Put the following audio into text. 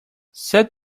set